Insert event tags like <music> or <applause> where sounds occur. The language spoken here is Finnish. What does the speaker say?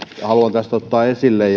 haluan tästä ottaa esille <unintelligible>